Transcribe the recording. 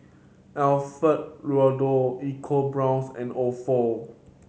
Alfio Raldo EcoBrown's and Ofo